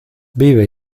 vive